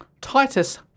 Titus